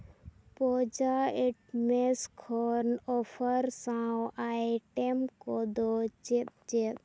ᱯᱩᱡᱟ items ᱠᱷᱚᱱ offer ᱥᱟᱶ item ᱠᱚᱫᱚ ᱪᱮᱫ ᱪᱮᱫ